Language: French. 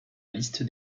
liste